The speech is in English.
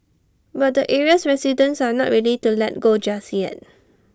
but the area's residents are not ready to let go just yet